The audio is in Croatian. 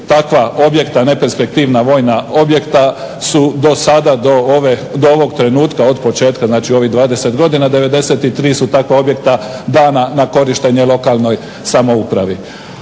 takva objekta, neperspektivna vojna objekta su do sada do ovog trenutka od početka znači u ovih 20 godina 93 su takva objekta dana na korištenje lokalnoj samoupravo.